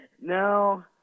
No